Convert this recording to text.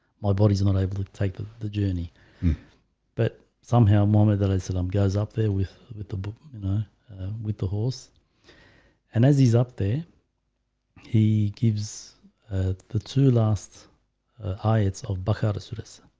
my body is not able to take the the journey but somehow mommy that i said i'm goes up there with with the book, you know with the horse and as he's up there he gives ah the two last ayats of bihar orissa sort of